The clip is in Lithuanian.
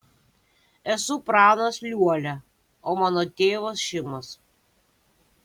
esu pranas liuolia o mano tėvas šimas